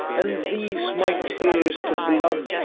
and these my tears to blood,